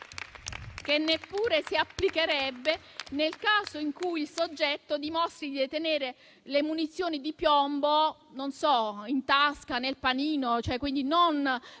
che non si applicherebbe nel caso in cui il soggetto dimostri di detenere le munizioni di piombo - non so - in tasca o nel panino, e quindi non per